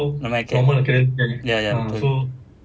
normal acad ya ya